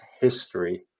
history